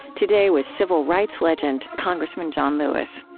today, with civil rights legend congressman john lewis.